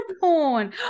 porn